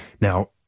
Now